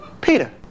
Peter